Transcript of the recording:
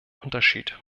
unterschied